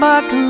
Back